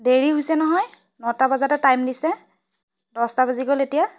দেৰি হৈছে নহয় নটা বজাতে টাইম দিছে দহটা বাজি গ'ল এতিয়া